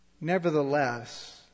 nevertheless